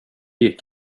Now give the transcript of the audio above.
gick